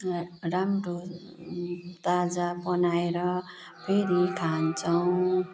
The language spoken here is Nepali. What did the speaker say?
राम्रो ताजा बनाएर फेरि खान्छौँ